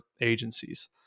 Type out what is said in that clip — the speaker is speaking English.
agencies